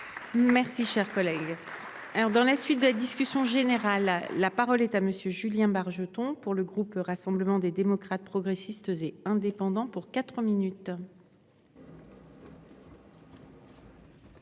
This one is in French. Merci cher collègue. Alors dans la suite de la discussion générale là. Parole est à monsieur Julien Bargeton pour le groupe Rassemblement des démocrates, progressistes et indépendants pour 4 minutes.